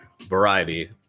variety